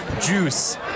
juice